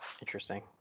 Interesting